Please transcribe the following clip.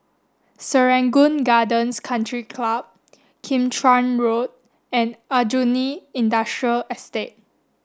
Serangoon Gardens Country Club Kim Chuan Road and Aljunied Industrial Estate